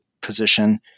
position